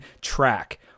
track